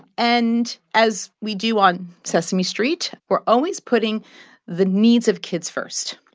and as we do on sesame street, we're always putting the needs of kids first.